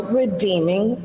redeeming